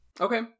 Okay